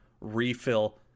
refill